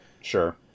Sure